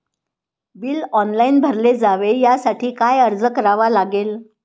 Bill online भरले जावे यासाठी काय अर्ज करावा लागेल?